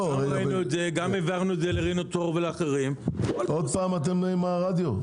אנחנו ראינו את זה וגם העברנו את זה ל- -- עוד פעם אתם עם הרדיו.